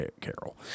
carol